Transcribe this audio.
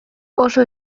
oso